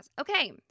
Okay